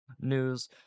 news